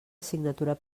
assignatura